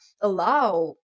allow